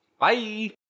Bye